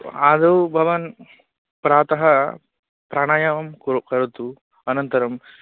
आदौ भवान् प्रातः प्राणायामं कु करोतु अनन्तरम्